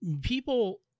people